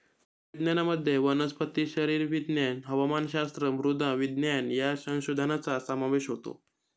कृषी विज्ञानामध्ये वनस्पती शरीरविज्ञान, हवामानशास्त्र, मृदा विज्ञान या संशोधनाचा समावेश होतो